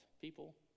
people